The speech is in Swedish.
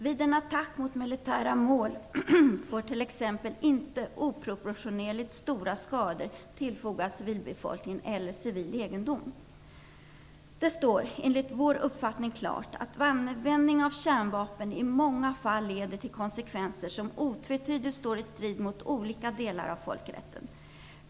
Vid en attack mot militära mål får t.ex. inte oproportionerligt stora skador tillfogas civilbefolkningen eller civil egendom. Det står enligt vår uppfattning klart att användning av kärnvapen i många fall leder till konsekvenser som otvetydigt står i strid med olika delar av folkrätten.